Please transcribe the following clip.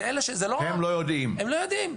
הם לא יודעים.